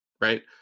Right